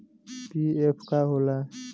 PF का होला?